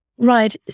Right